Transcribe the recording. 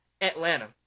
atlanta